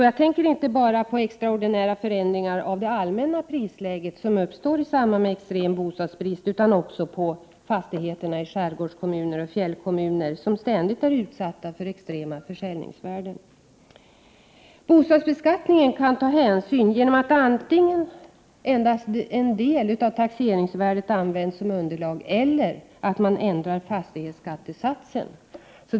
Jag tänker inte bara på extraordinära förändringar av det allmänna prisläget som uppstår i samband med extrem bostadsbrist utan också på fastigheterna i skärgårdskommuner och i fjällkommuner som ständigt är utsatta för extrema försäljningsvärden. Vid bostadsbeskattningen kan hänsyn till prisförändringar tas antingen genom att endast en del av taxeringsvärdet används som underlag eller genom att fastighetsskattesatsen ändras.